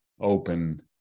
open